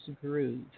Groove